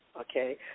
Okay